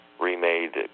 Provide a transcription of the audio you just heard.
Remade